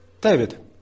David